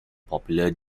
popular